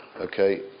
okay